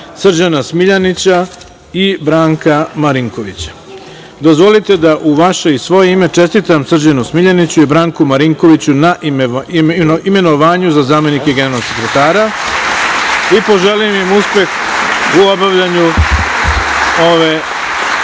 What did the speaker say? Srđana Smiljanića i Branka Marinkovića. Dozvolite da, u vaše i svoje ime, čestitam Srđanu Smiljaniću i Branku Marinkoviću na imenovanju za zamenike generalnog sekretara i poželim im uspeh u obavljanju ove